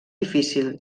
difícil